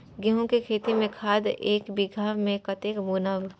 गेंहू के खेती में खाद ऐक बीघा में कते बुनब?